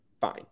fine